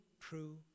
true